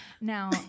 Now